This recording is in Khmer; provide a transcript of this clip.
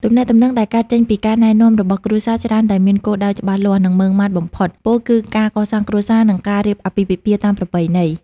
ទំនាក់ទំនងដែលកើតចេញពីការណែនាំរបស់គ្រួសារច្រើនតែមានគោលដៅច្បាស់លាស់ និងម៉ឺងម៉ាត់បំផុត ពោលគឺការកសាងគ្រួសារ និងការរៀបអាពាហ៍ពិពាហ៍តាមប្រពៃណី។